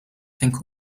think